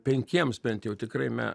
penkiems bent jau tikrai me